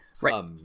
Right